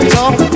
Talk